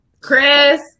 Chris